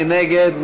מי נגד?